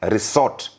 Resort